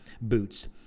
boots